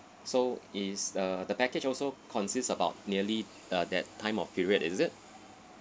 so is uh the package also consists about nearly uh that time of period is it